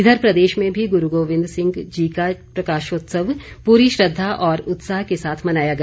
इधर प्रदेश में भी गुरू गोविन्द सिंह जी का प्रकाशोत्सव पूरी श्रद्धा और उत्साह के साथ मनाया गया